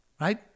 Right